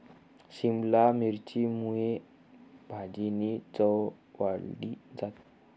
शिमला मिरची मुये भाजीनी चव वाढी जास